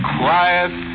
quiet